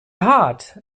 hart